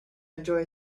enjoy